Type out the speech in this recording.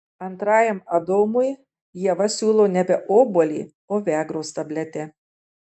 antrajam adomui ieva siūlo nebe obuolį o viagros tabletę